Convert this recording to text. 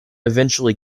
eventually